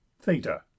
Theta